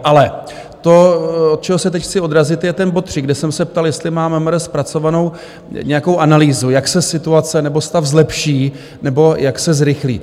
Ale to, od čeho se teď chci odrazit, je ten bod 3, kde jsem se ptal, jestli má MMR zpracovanou nějakou analýzu, jak se situace nebo stav zlepší nebo jak se zrychlí.